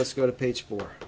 let's go to page fo